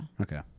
Okay